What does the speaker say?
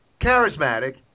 charismatic